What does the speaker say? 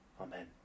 Amen